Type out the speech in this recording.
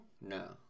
No